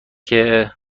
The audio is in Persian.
مطالعه